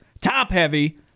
top-heavy